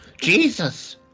Jesus